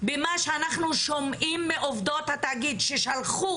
במה שאנחנו שומעים מעובדות התאגיד ששלחו